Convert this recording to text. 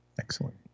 excellent